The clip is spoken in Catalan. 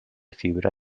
fibra